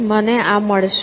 અને મને આ મળશે